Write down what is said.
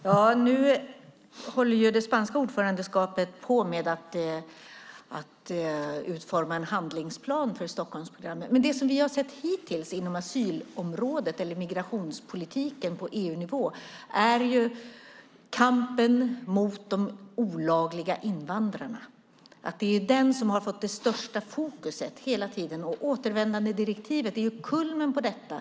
Herr talman! Nu håller det spanska ordförandeskapet på att utforma en handlingsplan för Stockholmsprogrammet. Det som vi har sett hittills på asylområdet eller migrationspolitiken på EU-nivå är kampen mot de olagliga invandrarna. Det är den som har fått störst fokus. Återvändandedirektivet är kulmen på detta.